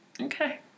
okay